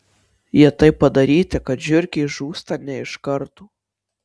jie taip padaryti kad žiurkė žūsta ne iš karto